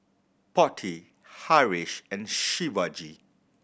Potti Haresh and Shivaji